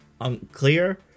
unclear